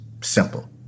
simple